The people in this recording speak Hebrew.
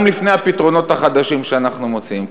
גם לפני הפתרונות החדשים שאנחנו מוציאים.